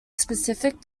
specific